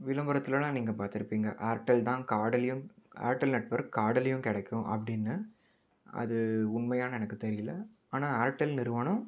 விளம்பரத்திலலாம் நீங்கள் பாத்திருப்பிங்க ஆர்டெல் தான் கார்டுலேயும் ஆர்டெல் நெட்வொர்க் கார்டுலேயும் கிடைக்கும் அப்படின்னு அது உண்மையான்னு எனக்கு தெரியல ஆனால் ஆர்டெல் நிறுவனம்